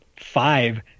five